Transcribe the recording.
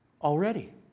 already